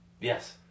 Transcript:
Yes